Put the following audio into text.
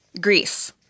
Greece